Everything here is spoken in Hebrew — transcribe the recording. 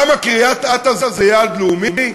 למה, קריית-אתא זה יעד לאומי?